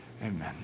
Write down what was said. Amen